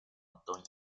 otoño